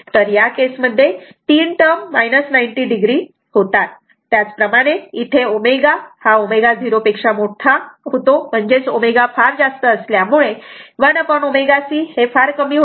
तर या केस मध्ये 3 टर्म 90 o होतात त्याचप्रमाणे इथे ω ω0 होते म्हणजेच ω फार जास्त असल्यामुळे 1 ω C फार कमी होते